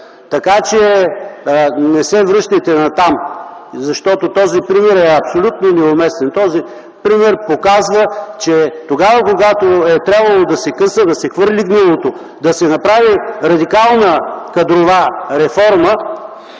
Така че не се връщайте натам, защото този пример е абсолютно неуместен. Този пример показва, че тогава, когато е трябвало да се къса, да се хвърли гнилото, да се направи радикална кадрова реформа